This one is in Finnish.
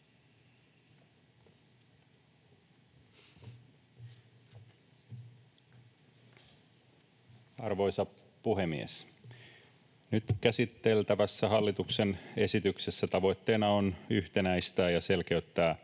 Arvoisa puhemies! Nyt käsiteltävässä hallituksen esityksessä tavoitteena on yhtenäistää ja selkeyttää